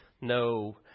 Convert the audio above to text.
no